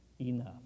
enough